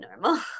normal